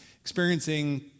experiencing